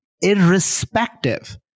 irrespective